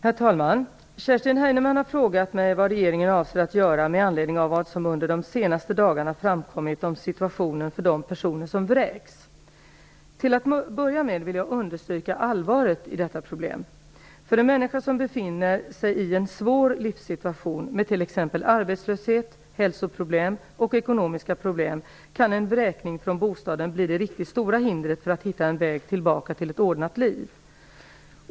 Herr talman! Kerstin Heinemann har frågat mig vad regeringen avser att göra med anledning av vad som under de senaste dagarna framkommit om situationen för de personer som vräks. Till att börja med vill jag understryka allvaret i detta problem. För en människa som befinner sig i en svår livssituation, med t.ex. arbetslöshet, hälsoproblem och ekonomiska problem, kan en vräkning från bostaden bli det riktigt stora hindret för att hitta en väg tillbaka till ett ordnat liv.